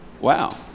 Wow